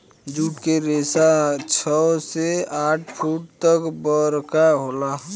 जुट के रेसा छव से आठ फुट तक बरका होला